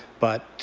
but